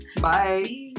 Bye